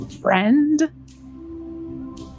friend